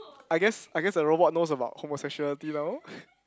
I guess I guess the robot knows about homosexuality now